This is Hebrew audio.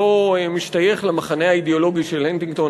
לא משתייך למחנה האידיאולוגי של הנטינגטון,